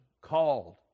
called